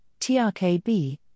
TRKB